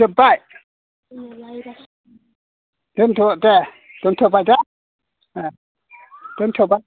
जोबबाय दोनथ' दे दोनथ'बाय दे दोनथ'बाय